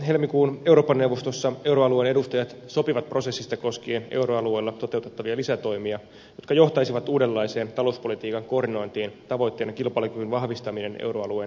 helmikuun eurooppa neuvostossa euroalueen edustajat sopivat prosessista koskien euroalueella toteutettavia lisätoimia jotka johtaisivat uudenlaiseen talouspolitiikan koordinointiin tavoitteena kilpailukyvyn vahvistaminen euroalueen jäsenvaltioissa